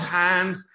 hands